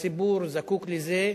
הציבור זקוק לזה,